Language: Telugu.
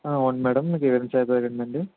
ఆ అవును మేడం మీకు ఏ విధంగా సహాయ పడగలనండి